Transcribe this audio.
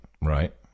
right